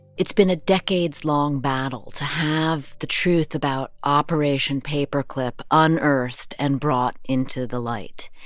it's been a decades-long battle to have the truth about operation paperclip unearthed and brought into the light.